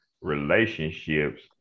relationships